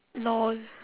lol